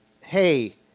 hey